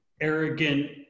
arrogant